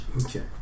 Okay